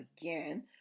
again